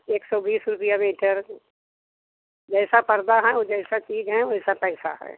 एक सौ बीस रुपये मीटर जैसा पर्दा हैं वह जैसी चीज़ हैं वैसा पैसा है